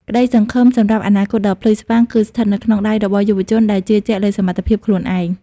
ក្តីសង្ឃឹមសម្រាប់អនាគតដ៏ភ្លឺស្វាង គឺស្ថិតនៅក្នុងដៃរបស់យុវជនដែលជឿជាក់លើសមត្ថភាពខ្លួនឯង។